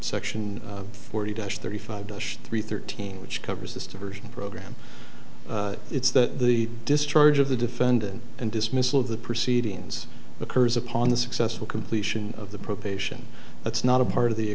section forty dash thirty five three thirteen which covers this diversion program it's that the discharge of the defendant and dismissal of the proceedings occurs upon the successful completion of the probation that's not a part of the